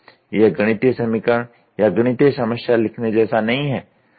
यह गणितीय समीकरण या गणितीय समस्या लिखने जैसा नहीं है